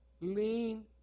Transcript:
Lean